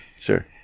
Sure